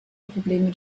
probleme